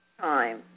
time